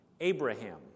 Abraham